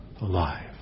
alive